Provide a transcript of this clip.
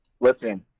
listen